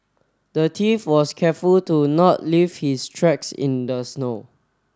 the thief was careful to not leave his tracks in the snow